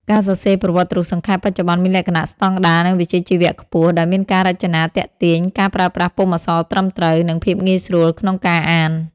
ការសរសេរប្រវត្តិរូបសង្ខេប បច្ចុប្បន្នមានលក្ខណៈស្តង់ដារ និងវិជ្ជាជីវៈខ្ពស់ ដោយមានការរចនាទាក់ទាញ ការប្រើប្រាស់ពុម្ពអក្សរត្រឹមត្រូវ និងភាពងាយស្រួលក្នុងការអាន។